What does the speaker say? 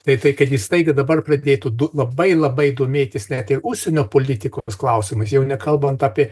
tai tai kad jis staigiai dabar pradėtų du labai labai domėtis net ir užsienio politikos klausimais jau nekalbant apie